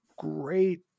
Great